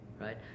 right